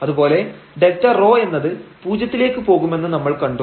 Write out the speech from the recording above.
അതുപോലെ Δρ എന്നത് പൂജ്യത്തിലേക്ക് പോകുമെന്ന് നമ്മൾ കണ്ടു